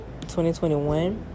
2021